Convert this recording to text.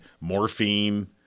morphine